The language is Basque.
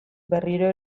berriro